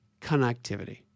connectivity